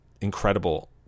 incredible